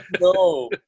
No